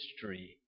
history